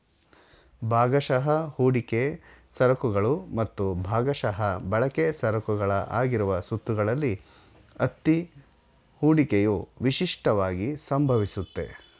ಭಾಗಶಃ ಹೂಡಿಕೆ ಸರಕುಗಳು ಮತ್ತು ಭಾಗಶಃ ಬಳಕೆ ಸರಕುಗಳ ಆಗಿರುವ ಸುತ್ತುಗಳಲ್ಲಿ ಅತ್ತಿ ಹೂಡಿಕೆಯು ವಿಶಿಷ್ಟವಾಗಿ ಸಂಭವಿಸುತ್ತೆ